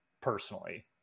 personally